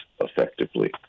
effectively